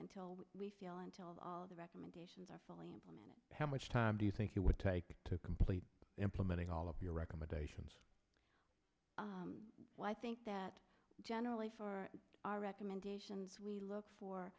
until we feel until all the recommendations are fully implemented how much time do you think it would take to complete implementing all of your recommendations well i think that generally for our recommendations we look